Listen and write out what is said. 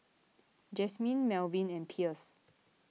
Jasmin Melvin and Pierce